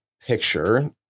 picture